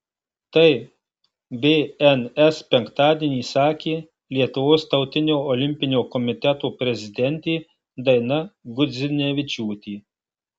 tai bns penktadienį sakė lietuvos tautinio olimpinio komiteto prezidentė daina gudzinevičiūtė